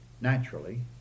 naturally